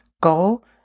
goal